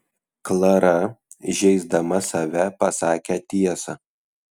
klara žeisdama save pasakė tiesą